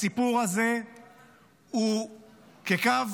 הסיפור הזה הוא כקו